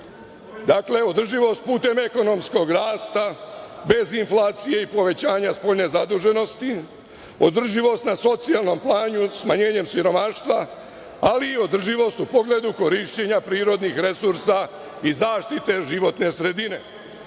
Dakle, održivost putem ekonomskog rasta, bez inflacije i povećanja spoljnje zaduženosti, održivost na socijalnom planu smanjenjem siromaštva, ali i održivost u pogledu korišćenja prirodnih resursa i zaštite životne sredine.